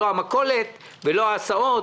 לא המכולת ולא ההסעות,